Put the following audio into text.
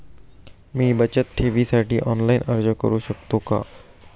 मी बचत ठेवीसाठी ऑनलाइन अर्ज करू शकतो का?